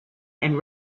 and